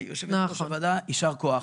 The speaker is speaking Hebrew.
יושבת-ראש הוועדה, יישר כוח.